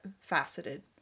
faceted